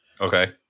Okay